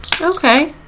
okay